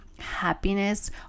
happiness